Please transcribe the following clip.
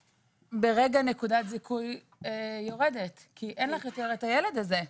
מיד נקודת זיכוי יורדת כי אין לך יותר את הילד הזה.